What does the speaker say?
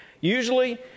Usually